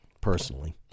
personally